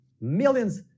Millions